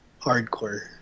hardcore